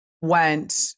went